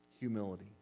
humility